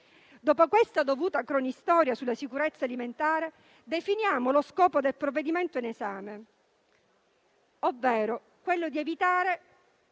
Dopo questa dovuta cronistoria sulla sicurezza alimentare, definiamo lo scopo del provvedimento in esame, ovvero quello di evitare